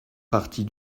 partie